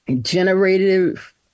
generative